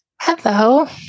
Hello